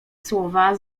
słowa